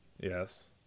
Yes